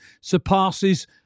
surpasses